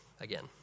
again